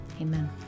amen